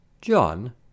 John